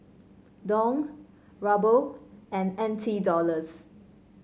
Dong Ruble and N T Dollars